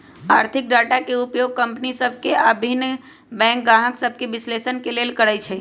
आर्थिक डाटा के उपयोग कंपनि सभ के आऽ भिन्न बैंक गाहक सभके विश्लेषण के लेल करइ छइ